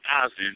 thousand